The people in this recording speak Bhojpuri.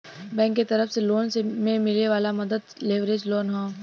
बैंक के तरफ से लोन में मिले वाला मदद लेवरेज लोन हौ